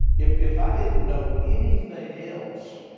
if if i didn't know anything else,